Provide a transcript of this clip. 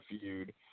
feud